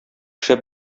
шәп